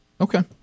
Okay